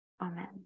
Amen